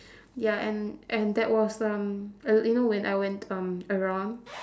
ya and and that was um well you know when I went um around